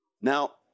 Now